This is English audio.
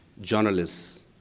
journalists